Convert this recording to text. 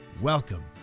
Welcome